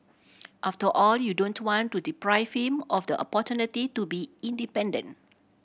after all you don't want to deprive him of the opportunity to be independent